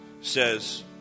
says